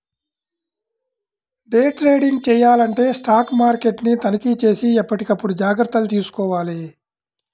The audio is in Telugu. డే ట్రేడింగ్ చెయ్యాలంటే స్టాక్ మార్కెట్ని తనిఖీచేసి ఎప్పటికప్పుడు జాగర్తలు తీసుకోవాలి